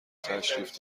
تشریف